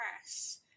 Press